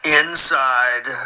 inside